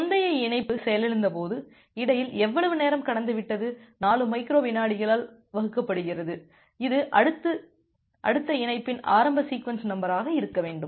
முந்தைய இணைப்பு செயலிழந்தபோது இடையில் எவ்வளவு நேரம் கடந்துவிட்டது 4 மைக்ரோ விநாடிகளால் வகுக்கப்படுகிறது இது அடுத்த இணைப்பின் ஆரம்ப சீக்வென்ஸ் நம்பராக இருக்க வேண்டும்